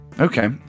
Okay